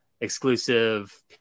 exclusive